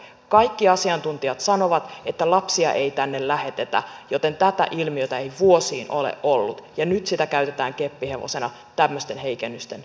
kaikki asiantuntijat sanovat että lapsia ei tänne lähetetä joten tätä ilmiötä ei vuosiin ole ollut ja nyt sitä käytetään keppihevosena tämmöisten heikennysten eteenpäinviemiseen